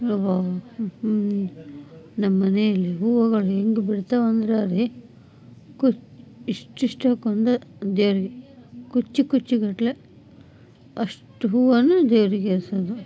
ನಮ್ಮನೇಲಿ ಹೂವುಗಳು ಹೆಂಗೆ ಬಿಡ್ತಾವಂದ್ರೆ ಅಲ್ಲಿ ಕು ಇಷ್ಟಿಷ್ಟಕ್ಕೊಂದು ದೇವರಿಗೆ ಕುಚ್ಚು ಕುಚ್ಚುಗಟ್ಲೆ ಅಷ್ಟು ಹೂವನ್ನು ದೇವರಿಗೇರ್ಸೋದು